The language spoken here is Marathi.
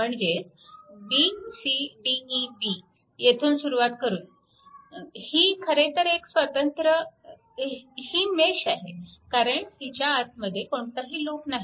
म्हणजेच b c d e b येथून सुरुवात करून ही खरेतर एक स्वतंत्र ही मेश आहे कारण हिच्या आतमध्ये कोणताही लूप नाही